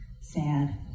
Sad